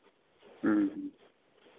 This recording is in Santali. ᱦᱮᱸ ᱦᱮᱸ